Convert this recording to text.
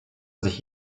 sich